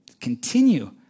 Continue